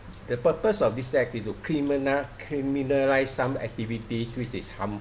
the purpose of this act is to criminal~ criminalise some activities which is harmful